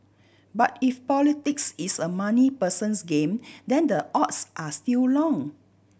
but if politics is a money person's game then the odds are still long